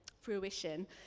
fruition